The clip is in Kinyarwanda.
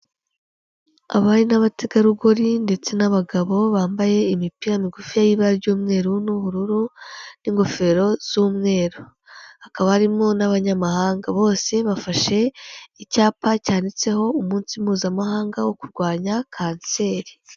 Abari n'abategarugori ndetse n'abagabo bambaye imipira migufi y'ibara ry'umweru n'ubururu n'ingofero z'umweru, hakaba harimo n'abanyamahanga bose bafashe icyapa cyanditseho umunsi mpuzamahanga wo kurwanya Kanseri.